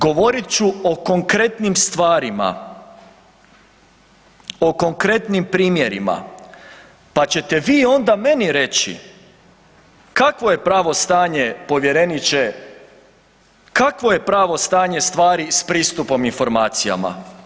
Govorit ću o konkretnim stvarima, o konkretnim primjerima pa ćete vi onda meni reći kakvo je pravo stanje povjereniče, kakvo je pravo stanje stvari s pristupom informacijama.